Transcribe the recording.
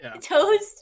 Toast